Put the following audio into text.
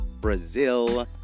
Brazil